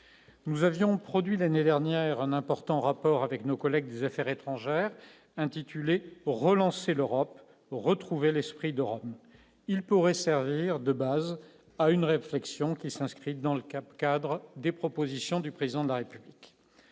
nous avions produit l'année dernière un important rapport avec nos collègues des Affaires étrangères, intitulé pour relancer l'Europe, retrouver l'esprit d'Europe, il pourrait servir de base à une réflexion qui s'inscrit dans le cap, cadre des propositions du président de la République,